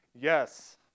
yes